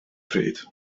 pryd